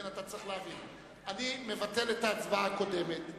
אני מבטל את ההצבעה הקודמת,